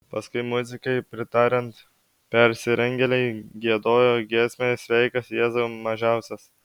paskui muzikai pritariant persirengėliai giedojo giesmę sveikas jėzau mažiausias